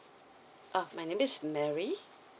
uh my name is mary